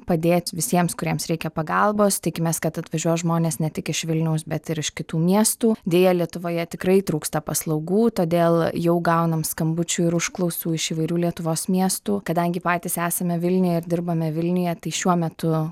padėt visiems kuriems reikia pagalbos tikimės kad atvažiuos žmonės ne tik iš vilniaus bet ir iš kitų miestų deja lietuvoje tikrai trūksta paslaugų todėl jau gaunam skambučių ir užklausų iš įvairių lietuvos miestų kadangi patys esame vilniuje ir dirbame vilniuje tai šiuo metu